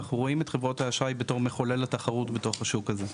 ואנחנו רואים את חברות האשראי בתור מחולל התחרות בתוך השוק הזה.